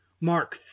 Mark